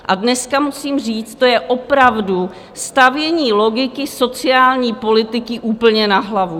A dneska musím říct, to je opravdu stavění logiky sociální politiky úplně na hlavu!